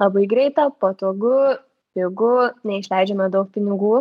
labai greita patogu pigu neišleidžiame daug pinigų